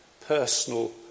personal